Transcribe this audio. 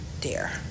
dear